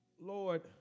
Lord